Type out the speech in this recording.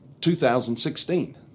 2016